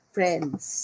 Friends